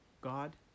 God